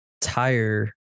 tire